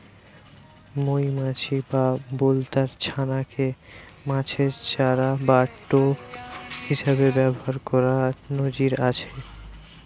মউমাছি বা বলতার ছানা কে মাছের চারা বা টোপ হিসাবে ব্যাভার কোরার নজির আছে